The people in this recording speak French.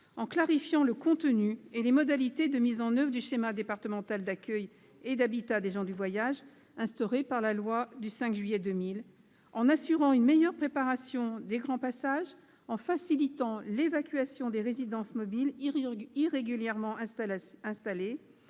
en clarifiant le contenu et les modalités de mise en oeuvre du schéma départemental d'accueil et d'habitat des gens du voyage instauré par la loi du 5 juillet 2000, en assurant une meilleure préparation des grands passages, en facilitant l'évacuation des résidences mobiles irrégulièrement installées